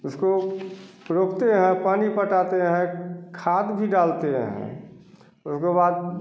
उसको रोपते हैं पानी पटाते हैं खाद भी डालते हैं उसके बाद